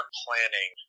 planning